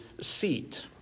seat